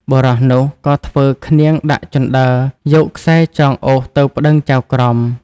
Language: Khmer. បុរសនោះ ក៏ធ្វើឃ្នាងដាក់ជណ្ដើរយកខ្សែចងអូសទៅប្ដឹងចៅក្រម ។